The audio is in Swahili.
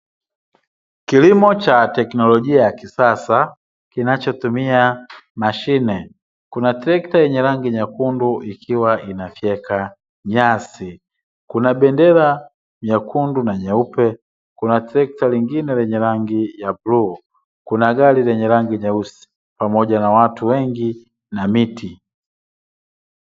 Kilimo cha teknolojia ya kisasa, kinachotumia mashine. Kuna trekta yenye rangi nyekundu ikiwa inafyeka nyasi. Kuna bendera nyekundu na nyeupe, kuna trekta lingine lenye rangi ya bluu, kuna gari lenye rangi nyeusi pamoja na watu wengi na miti.